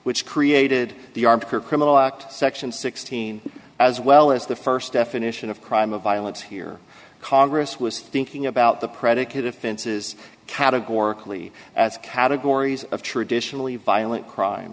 which created the arbiter criminal act section sixteen as well as the first definition of crime of violence here congress was thinking about the predicate offenses categorically as categories of traditionally violent crime